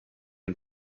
dem